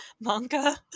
manga